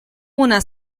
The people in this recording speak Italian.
una